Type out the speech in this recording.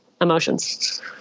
emotions